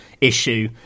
issue